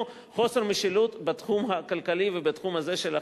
חוסר משילות בתחום הכלכלי ובתחום הזה של החקיקה,